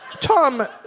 Tom